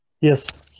yes